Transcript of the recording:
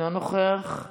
אינו נוכח.